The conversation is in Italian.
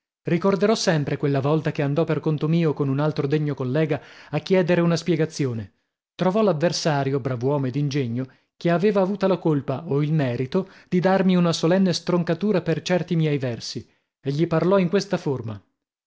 ricorderò sempre quella volta che andò per conto mio con un altro degno collega a chiedere una spiegazione trovò l'avversario brav'uomo e d'ingegno che aveva avuta la colpa o il merito di darmi una solenne stroncatura per certi miei versi e gli parlò in questa forma